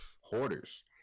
hoarders